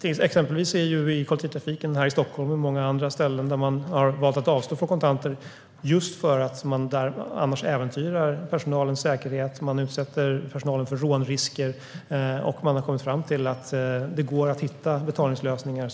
Till exempel har man i kollektivtrafiken i Stockholm och på många andra ställen valt att avstå från kontanter för att inte äventyra personalens säkerhet och utsätta den för rånrisk. Man har kommit fram till fungerande betalningslösningar